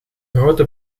grote